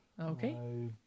Okay